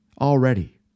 already